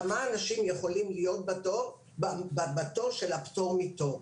כמה אנשים יכולים להיות בתור של הפטור מתור.